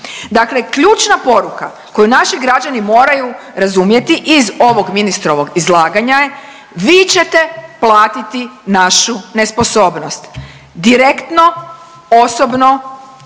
Dakle ključna poruka koju naši građani moraju razumjeti iz ovog ministrovog izlaganja je, vi ćete platiti našu nesposobnost, direktno, osobno,